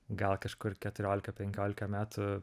gal kažkur keturiolika penkiolika metų